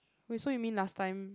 wait so you mean last time